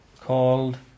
called